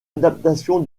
adaptation